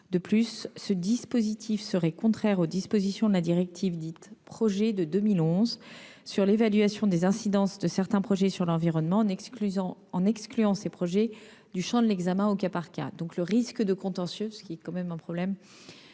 De plus ce dispositif serait contraire aux dispositions de la directive Projets de 2011, sur l'évaluation des incidences de certains projets sur l'environnement, en en excluant certains du champ de l'examen au cas par cas. Le risque de contentieux à l'échelon européen